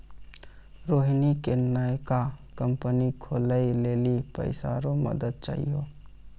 रोहिणी के नयका कंपनी खोलै लेली पैसा रो मदद चाहियो